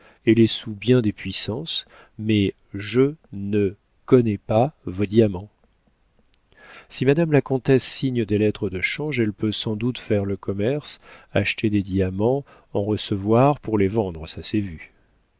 elle est sous bien des puissances maisjeneconnais pasvos diamants si madame la comtesse signe des lettres de change elle peut sans doute faire le commerce acheter des diamants en recevoir pour les vendre ça s'est vu